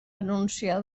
anunciar